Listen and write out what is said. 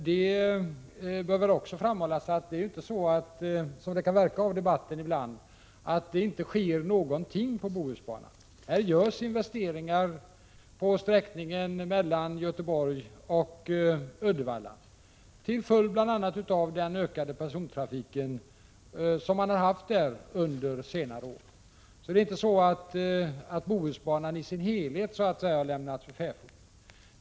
Det bör också framhållas att det inte är så, som det ibland kan verka i denna debatt, att det inte görs något åt Bohusbanan. Det görs investeringar på sträckningen mellan Göteborg och Uddevalla bl.a. till följd av den ökning av persontrafiken som har ägt rum under senare år. Bohusbanan i sin helhet har alltså inte lagts för fäfot.